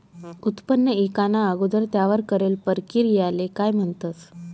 उत्पन्न ईकाना अगोदर त्यावर करेल परकिरयाले काय म्हणतंस?